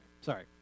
sorry